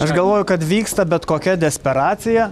aš galvoju kad vyksta bet kokia desperacija